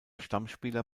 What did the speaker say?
stammspieler